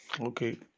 Okay